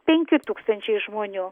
penki tūkstančiai žmonių